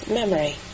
memory